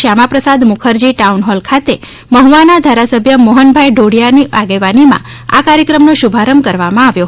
Shyamaprasad Mukherjee town hall ખાતે મહ્વાના ધારાસભ્યં મોહનભાઇ ઢોડિયા ની આગેવાનીમાં આ કાર્યક્રમનો શુભ આરંભ કરવામાં આવ્યો